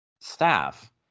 staff